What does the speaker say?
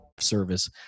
service